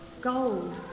gold